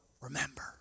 Remember